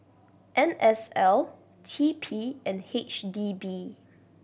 N S L T P and H D B